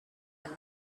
love